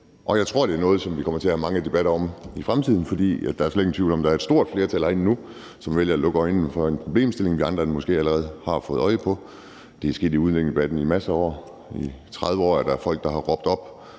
og jeg tror, det er noget, som vi kommer til at have mange debatter om i fremtiden. For der er slet ingen tvivl om, at der er et stort flertal herinde nu, som vælger at lukke øjnene for en problemstilling, vi andre måske allerede har fået øje på. Det er sket i udlændingedebatten i masser af år. I 30 år er der folk, der har råbt op